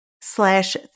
slash